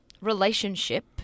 relationship